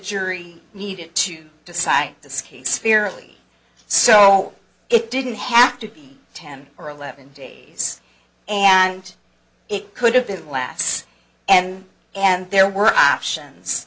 jury needed to decide this case fairly so it didn't have to be ten or eleven days and it could have been last and and there were options